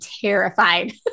terrified